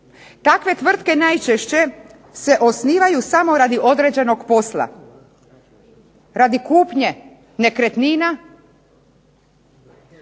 Takve tvrtke najčešće se osnivaju samo radi određenog posla, radi kupnje nekretnina.